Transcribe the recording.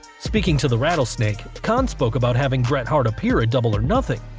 speaking to the rattlesnake, khan spoke about having bret hart appear at double or nothing,